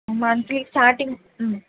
monthly starting ம்